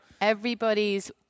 Everybody's